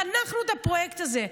חנכנו את הפרויקט הזה.